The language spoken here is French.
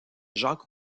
jacques